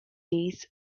days